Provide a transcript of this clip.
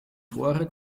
tore